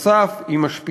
נוסף על כך היא משפיעה